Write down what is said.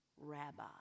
rabbi